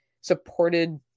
supported